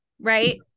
right